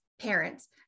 parents